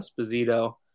esposito